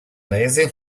lazy